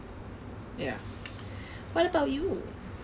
ya what about you